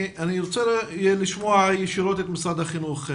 אני רוצה לשמוע ישירות את משרד החינוך.